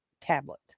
tablet